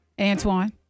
Antoine